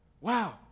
wow